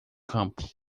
campo